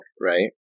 right